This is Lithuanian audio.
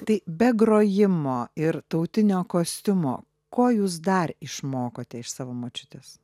tai be grojimo ir tautinio kostiumo ko jūs dar išmokote iš savo močiutės